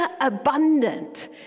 abundant